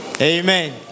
Amen